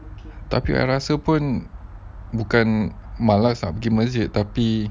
tapi I rasa pun bukan my life ah pergi masjid tapi